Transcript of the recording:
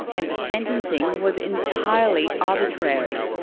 and the sentencing was entirely arbitrary.